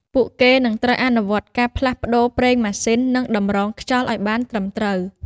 ពួកគេនឹងត្រូវអនុវត្តការផ្លាស់ប្តូរប្រេងម៉ាស៊ីននិងតម្រងខ្យល់ឱ្យបានត្រឹមត្រូវ។